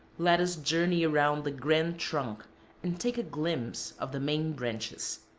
let us journey around the grand trunk and take a glimpse of the main branches.